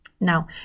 Now